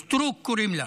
סטרוק, קוראים לה.